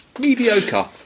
mediocre